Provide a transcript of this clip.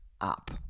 Up